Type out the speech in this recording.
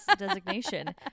Designation